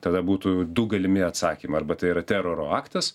tada būtų du galimi atsakymai arba tai yra teroro aktas